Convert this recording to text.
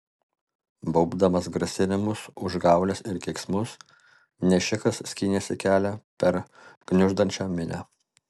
baubdamas grasinimus užgaules ir keiksmus nešikas skynėsi kelią per gniuždančią minią